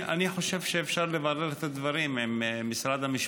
אני חושב שאפשר לברר את הדברים עם משרד המשפטים.